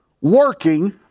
working